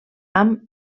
amb